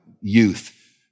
youth